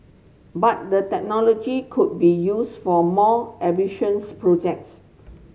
but the technology could be used for more ambitious projects